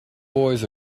boys